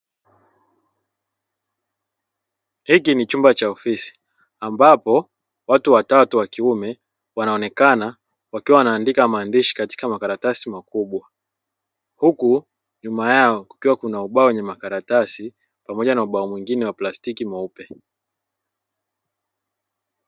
Hiki ni chumba cha ofisi ambapo watu watatu wa kiume wanaonekana wakiwa waandika maandishi katika makaratasi makubwa huku nyuma yao kukiwa kuna ubao wenye makaratasi pamoja na ubao mwingine wa plastiki mweupe.